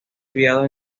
criado